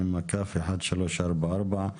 מ/1344.